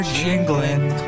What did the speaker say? jingling